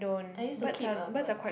I used to keep a bird